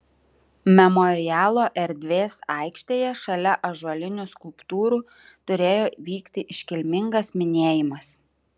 memorialo erdvės aikštėje šalia ąžuolinių skulptūrų turėjo vykti iškilmingas minėjimas